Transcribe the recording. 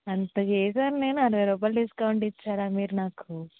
అంతా చేశాను నేను అరవై రూపాయిలు డిస్కౌంట్ ఇచ్చారా మీరు నాకు